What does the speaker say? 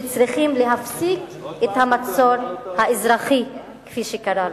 שצריכים להפסיק את "המצור האזרחי", כפי שקרא לו,